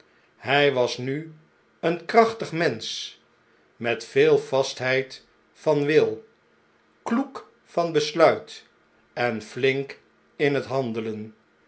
hii was nu een krachtig mensch met veel vastheid van wil kloek van besluit en flink in het handelen